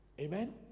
Amen